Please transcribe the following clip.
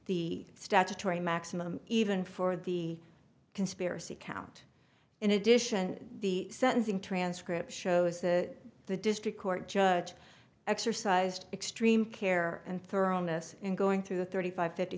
the statutory maximum even for the conspiracy count in addition the sentencing transcript shows that the district court judge exercised extreme care and thoroughness in going through the thirty five fifty